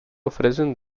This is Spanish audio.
ofrecen